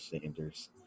Sanders